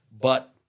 but-